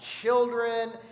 children